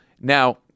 Now